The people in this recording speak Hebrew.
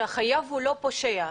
ושהחייב הוא לא פושע.